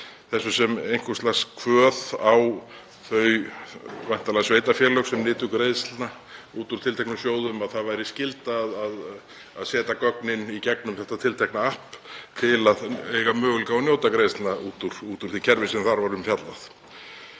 þessu sem einhvers lags kvöð og væntanlega á þau sveitarfélög sem nytu greiðslna úr tilteknum sjóðum, að það yrði skylda að setja gögnin í gegnum þetta tiltekna app til að eiga möguleika á að njóta greiðslna út úr því kerfi sem þar var um fjallað.